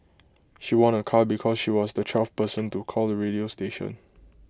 she won A car because she was the twelfth person to call the radio station